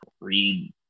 read